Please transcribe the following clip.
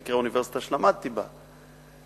במקרה האוניברסיטה שלמדתי בה,